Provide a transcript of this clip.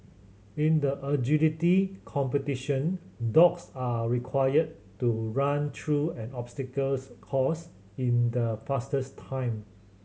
in the agility competition dogs are required to run through an obstacles course in the fastest time